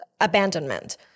abandonment